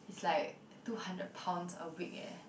it's like two hundred pounds a week eh